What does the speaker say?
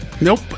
Nope